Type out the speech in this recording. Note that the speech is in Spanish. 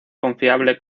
confiable